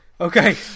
okay